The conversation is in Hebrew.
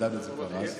ידענו את זה כבר אז.